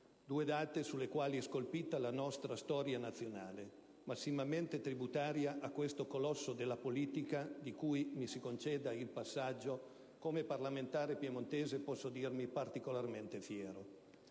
Due date sulle quali è scolpita la nostra storia nazionale, massimamente tributaria a questo colosso della politica di cui, mi si conceda il passaggio, come parlamentare piemontese posso dirmi particolarmente fiero.